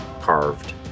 carved